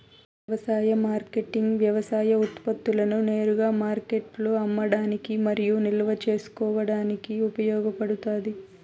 వ్యవసాయ మార్కెటింగ్ వ్యవసాయ ఉత్పత్తులను నేరుగా మార్కెట్లో అమ్మడానికి మరియు నిల్వ చేసుకోవడానికి ఉపయోగపడుతాది